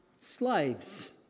slaves